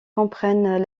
comprennent